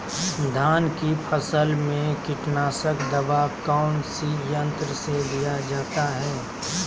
धान की फसल में कीटनाशक दवा कौन सी यंत्र से दिया जाता है?